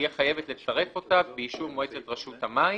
תהיה חייבת לצרף אותה באישור מועצת רשות המים,